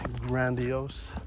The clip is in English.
grandiose